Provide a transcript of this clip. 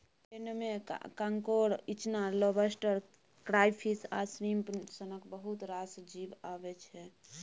क्रुटोशियनमे कांकोर, इचना, lobster, crayfish आ श्रिंप सनक बहुत रास जीब अबै छै